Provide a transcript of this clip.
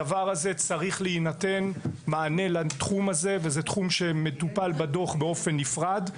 צריך להינתן מענה לתחום הזה והוא מטופל בדוח באופן נפרד.